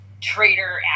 traitor